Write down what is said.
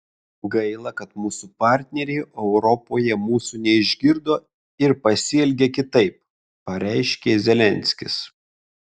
gaila kad mūsų partneriai europoje mūsų neišgirdo ir pasielgė kitaip pareiškė zelenskis